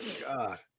God